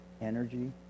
energy